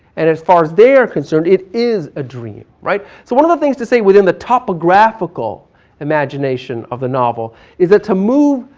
and as far as they are concerned, it is a dream. right? so one of the things to say within the topographical imagination of the novel is that to move,